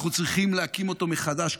אנחנו צריכים להקים אותו מחדש,